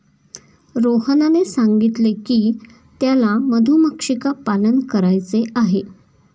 रोहनने सांगितले की त्याला मधुमक्षिका पालन करायचे आहे